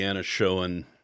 showing